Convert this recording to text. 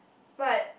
but